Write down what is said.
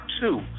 two